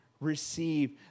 receive